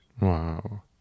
Wow